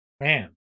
Man